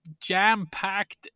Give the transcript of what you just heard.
jam-packed